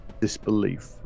disbelief